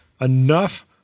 enough